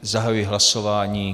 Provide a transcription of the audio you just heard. Zahajuji hlasování.